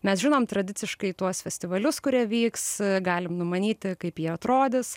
mes žinom tradiciškai tuos festivalius kurie vyks galim numanyti kaip jie atrodys